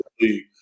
league